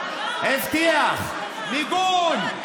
הבטיח מיגון,